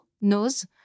knows